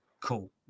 cool